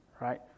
Right